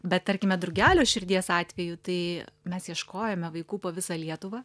bet tarkime drugelio širdies atveju tai mes ieškojome vaikų po visą lietuvą